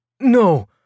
No